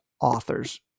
authors